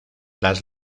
las